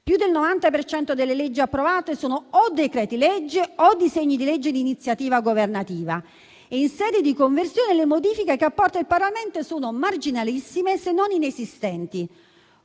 per cento delle leggi approvate sono decreti-legge o disegni di legge di iniziativa governativa e, in sede di conversione, le modifiche che apporta il Parlamento sono marginalissime, se non inesistenti.